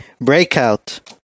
Breakout